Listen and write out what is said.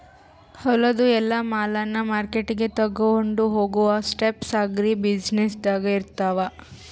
ಹೊಲದು ಎಲ್ಲಾ ಮಾಲನ್ನ ಮಾರ್ಕೆಟ್ಗ್ ತೊಗೊಂಡು ಹೋಗಾವು ಸ್ಟೆಪ್ಸ್ ಅಗ್ರಿ ಬ್ಯುಸಿನೆಸ್ದಾಗ್ ಇರ್ತಾವ